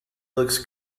looks